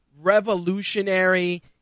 revolutionary